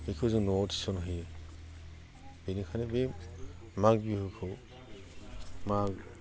बेखौ जोङो न'आव थिसनहैयो बिनिखायनो बे माग बिहुखौ माग